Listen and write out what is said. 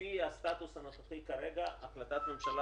לפי הסטטוס הנוכחי כרגע החלטת ממשלה